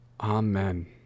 Amen